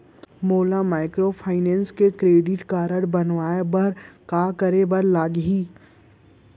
मोला माइक्रोफाइनेंस के credit card बनवाए बर का करे बर लागही?